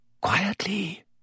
Quietly